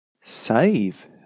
Save